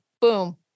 boom